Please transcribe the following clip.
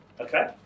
Okay